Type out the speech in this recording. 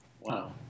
Wow